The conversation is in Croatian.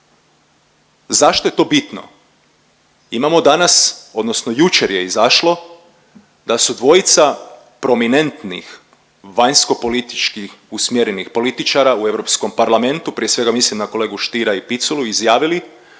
Zašto je to bitno? Imamo danas, odnosno jučer je izašlo da su dvojica prominentnih vanjsko-politički usmjerenih političara u Europskom parlamentu, prije svega mislim na kolegu Stiera i Piculu, izjavili